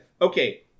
okay